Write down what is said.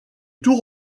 tour